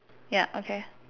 ya okay